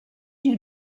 die